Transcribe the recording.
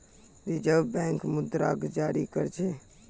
reserve bank मुद्राक जारी कर छेक